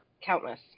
Countless